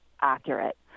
accurate